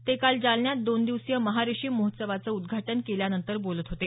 ते काल जालन्यात दोन दिवसीय महारेशीम महोत्सवाचं उद्घाटन केल्यानंतर बोलत होते